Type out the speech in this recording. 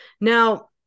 now